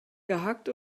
gehackt